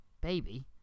Baby